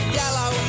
yellow